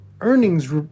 earnings